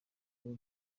muri